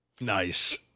Nice